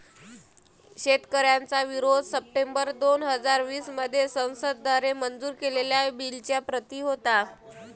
शेतकऱ्यांचा विरोध सप्टेंबर दोन हजार वीस मध्ये संसद द्वारे मंजूर केलेल्या बिलच्या प्रति होता